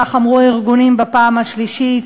כך אמרו הארגונים בפעם השלישית,